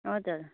हजुर